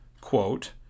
quote